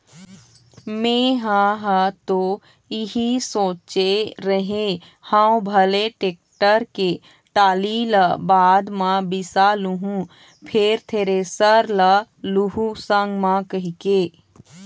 मेंहा ह तो इही सोचे रेहे हँव भले टेक्टर के टाली ल बाद म बिसा लुहूँ फेर थेरेसर ल लुहू संग म कहिके